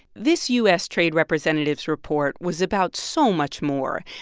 this u s. trade representative's report was about so much more.